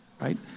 Right